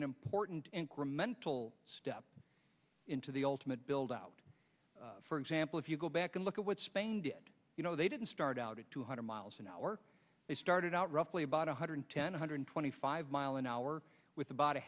an important incremental step into the ultimate build out for example if you go back and look at what spain did you know they didn't start out at two hundred miles an hour they started out roughly about one hundred ten one hundred twenty five mile an hour with a bought a